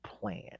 plan